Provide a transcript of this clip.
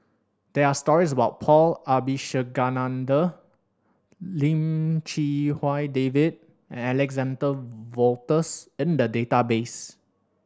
there are stories about Paul Abisheganaden Lim Chee Wai David Alexander Wolters in the database